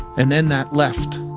and then that left